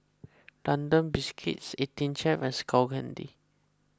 London Biscuits eighteen Chef and Skull Candy